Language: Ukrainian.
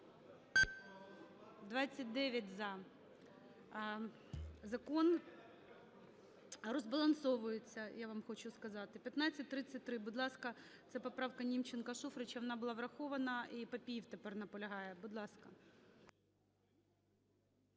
За-29 Законрозбалансовується, я вам хочу сказати. 1533. Будь ласка. Це поправкаНімченка, Шуфрича, вона була врахована, і Папієв тепер наполягає. Будь ласка.